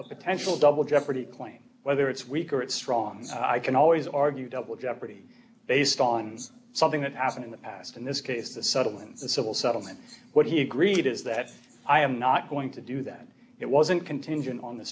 a potential double jeopardy claim whether it's weak or it's strong i can always argue double jeopardy based on something that happened in the past in this case the settlements the civil settlement what he agreed is that i am not going to do that it wasn't contingent on the